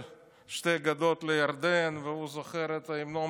"שתי גדות לירדן" והוא זוכר את המנון בית"ר,